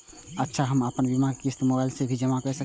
अच्छा हम आपन बीमा के क़िस्त मोबाइल से भी जमा के सकै छीयै की?